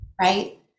right